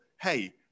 hey